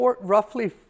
roughly